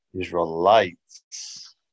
Israelites